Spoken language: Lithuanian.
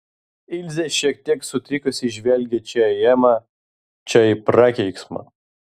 ilzė šiek tiek sutrikusi žvelgė čia į emą čia į prakeiksmą